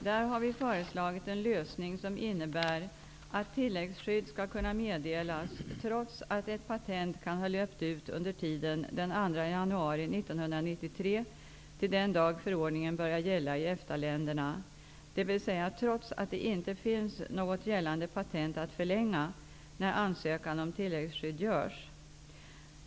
Där har vi föreslagit en lösning som innebär att tilläggsskydd skall kunna meddelas trots att ett patent kan ha löpt ut under tiden den 2 januari 1993 till den dag förordningen börjar gälla i EFTA-länderna, dvs. trots att det inte finns något gällande patent att förlänga när ansökan om tilläggsskydd görs.